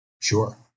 sure